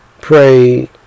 pray